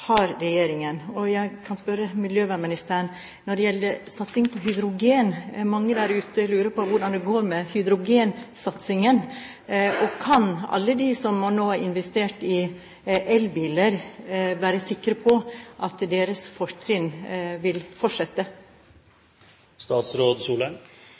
har regjeringen? Og når det gjelder satsing på hydrogen, vil jeg spørre miljøvernministeren, for mange der ute lurer: Hvordan går det med hydrogensatsingen? Kan alle de som nå har investert i elbiler, være sikre på at deres fortrinn vil